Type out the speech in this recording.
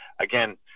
again